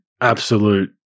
absolute